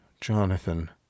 Jonathan